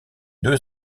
deux